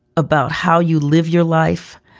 about how you live your life,